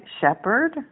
shepherd